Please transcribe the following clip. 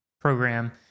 program